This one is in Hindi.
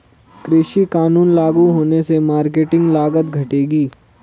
कृषि कानून लागू होने से मार्केटिंग लागत घटेगी